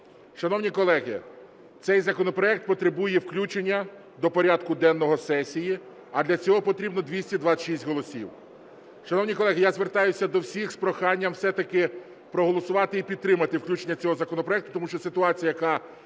Шановні колеги, цей законопроект потребує включення до порядку денного сесії, а для цього потрібно 226 голосів. Шановні колеги, я звертаюся до всіх з проханням все-таки проголосувати і підтримати включення цього законопроекту, тому що ситуація, яка